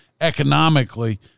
economically